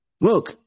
Look